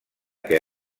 que